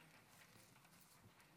תודה רבה.